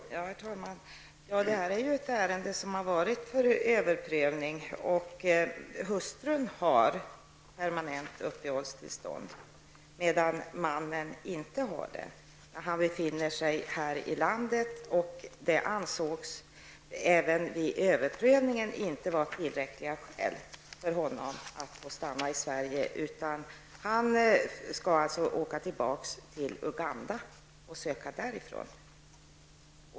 Herr talman! Det här är ju ett ärende som har varit föremål för överprövning, och hustrun har permanent uppehållstillstånd medan mannen inte har det. Han befinner sig här i landet, men det ansågs inte heller vid överprövningen vara tillräckligt skäl för honom att få stanna i Sverige, utan han skall åka tillbaka till Uganda och söka därifrån.